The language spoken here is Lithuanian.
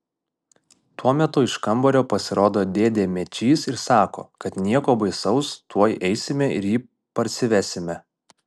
tuo metu iš kambario pasirodo dėdė mečys ir sako kad nieko baisaus tuoj eisime ir jį parsivesime